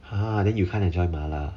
!huh! then you can't enjoy 麻辣